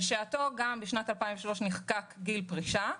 בשנת 2003 נחקק חוק גיל פרישה,